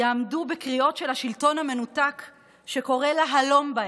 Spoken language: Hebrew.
יעמדו בקריאות של השלטון המנותק שקורא להלום בהם,